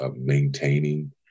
maintaining